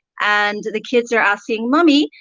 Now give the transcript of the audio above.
and the kids are asking mummy,